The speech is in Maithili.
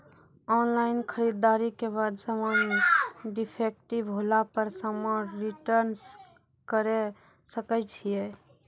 ऑनलाइन खरीददारी के बाद समान डिफेक्टिव होला पर समान रिटर्न्स करे सकय छियै?